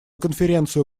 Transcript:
конференцию